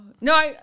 no